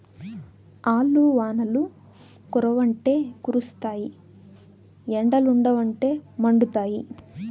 ఆల్లు వానలు కురవ్వంటే కురుస్తాయి ఎండలుండవంటే మండుతాయి